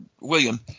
William